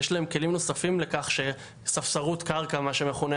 יש להם כלים נוספים לכך שספסרות קרקע מה שמכונה,